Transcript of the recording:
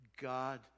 God